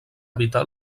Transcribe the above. evitar